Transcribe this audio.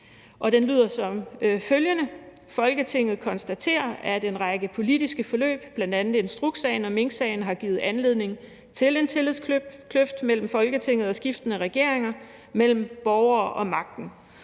til vedtagelse »Folketinget konstaterer, at en række politiske forløb, bl.a. instrukssagen og minksagen, har givet anledning til en tillidskløft mellem Folketinget og skiftende regeringer, mellem borgerne og magten.